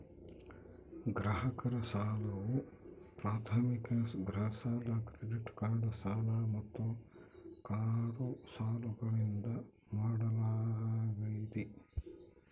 ಗ್ರಾಹಕರ ಸಾಲವು ಪ್ರಾಥಮಿಕವಾಗಿ ಗೃಹ ಸಾಲ ಕ್ರೆಡಿಟ್ ಕಾರ್ಡ್ ಸಾಲ ಮತ್ತು ಕಾರು ಸಾಲಗಳಿಂದ ಮಾಡಲಾಗ್ತೈತಿ